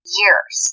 years